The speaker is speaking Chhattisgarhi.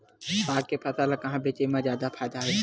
साग के फसल ल कहां बेचे म जादा फ़ायदा हवय?